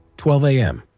twelve a m.